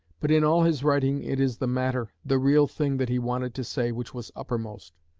but in all his writing it is the matter, the real thing that he wanted to say, which was uppermost.